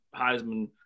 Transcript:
Heisman